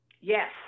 Yes